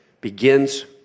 begins